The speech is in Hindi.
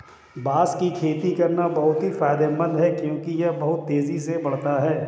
बांस की खेती करना बहुत ही फायदेमंद है क्योंकि यह बहुत तेजी से बढ़ता है